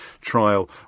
trial